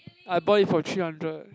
I bought it for three hundred